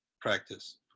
practice